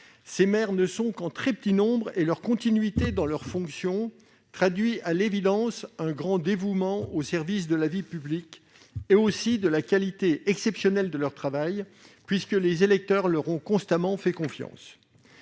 Ces maires ne sont qu'en très petit nombre et leur continuité dans ces fonctions traduit, à l'évidence, leur grand dévouement au service de la vie publique ainsi que la qualité exceptionnelle de leur travail, puisque les électeurs leur ont fait constamment confiance.